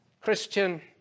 Christian